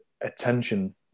attention